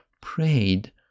prayed